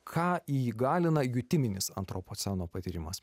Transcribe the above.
ką įgalina jutiminis antropoceno patyrimas